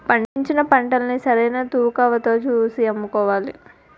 పండించిన పంటల్ని సరైన తూకవతో తూసి అమ్ముకోవాలి